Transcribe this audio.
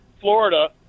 Florida